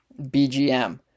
bgm